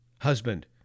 Husband